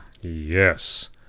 Yes